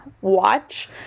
watch